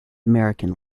american